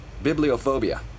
Bibliophobia